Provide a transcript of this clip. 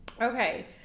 Okay